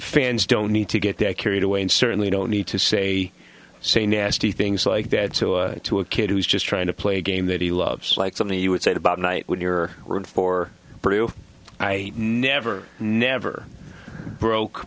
fans don't need to get that carried away and certainly don't need to say say nasty things like that to a kid who's just trying to play a game that he loves like something he would say about night when you're root for i never never broke